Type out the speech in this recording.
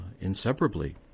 inseparably